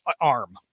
arm